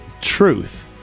truth